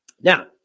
Now